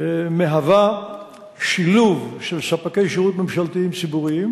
מהווה שילוב של ספקי שירות ממשלתיים-ציבוריים,